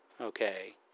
okay